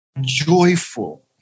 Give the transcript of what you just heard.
joyful